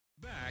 Back